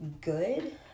good